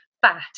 fat